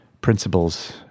principles